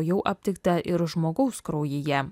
jau aptikta ir žmogaus kraujyje